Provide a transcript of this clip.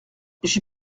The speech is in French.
j’y